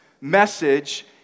message